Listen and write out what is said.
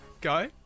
Go